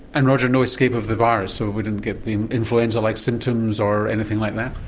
and roger no escape of the virus, so we didn't get the influenza-like symptoms or anything like that?